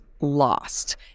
lost